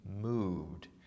moved